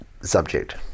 subject